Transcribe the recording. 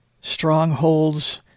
strongholds